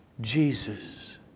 Jesus